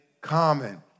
common